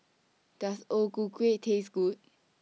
Does O Ku Kueh Taste Good